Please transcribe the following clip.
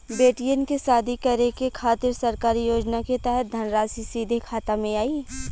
बेटियन के शादी करे के खातिर सरकारी योजना के तहत धनराशि सीधे खाता मे आई?